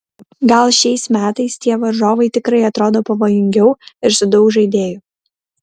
gal šiais metais tie varžovai tikrai atrodo pavojingiau ir su daug žaidėjų